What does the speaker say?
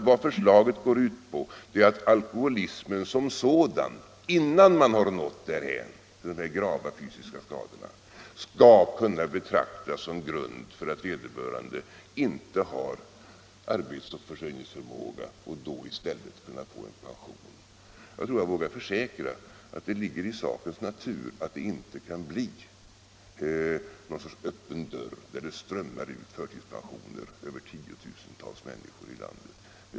Vad förslaget går ut på är att alkoholismen som sådan, innan grava fysiska skador uppstått, skall kunna betraktas som grund för bedömningen att vederbörande inte har arbetsoch försörjningsförmåga och då i stället skall kunna få en pension. Jag tror att jag vågar försäkra att det ligger i sakens natur att detta inte kan bli någon sorts öppen dörr, genom vilken det skulle strömma ut tiotusentals förtidspensionerade människor över landet.